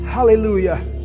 Hallelujah